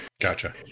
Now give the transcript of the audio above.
Gotcha